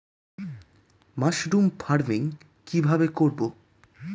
Mushroom farming কি ভাবে করব?